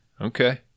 Okay